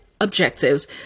objectives